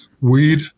Weed